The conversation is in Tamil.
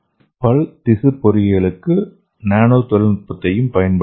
பல் திசு பொறியியலுக்கு நானோ தொழில்நுட்பத்தையும் பயன்படுத்தலாம்